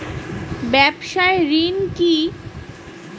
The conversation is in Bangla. ব্যবসায় ঋণ কি?